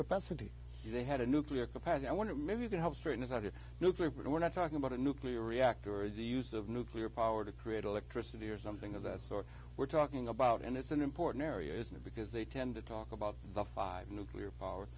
capacity they had a nuclear capacity i want to maybe you can help straighten this out if nuclear but we're not talking about a nuclear reactor and the use of nuclear power to create electricity or something of that sort we're talking about and it's an important area isn't it because they tend to talk about the five nuclear power